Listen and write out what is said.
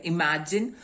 Imagine